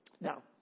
Now